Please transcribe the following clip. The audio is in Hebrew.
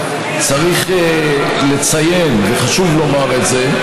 צריך לציין, וחשוב לומר את זה,